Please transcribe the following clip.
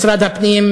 משרד הפנים,